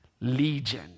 Legion